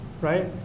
right